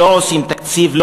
לא עושים תקציב,